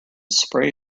spray